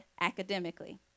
academically